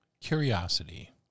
Curiosity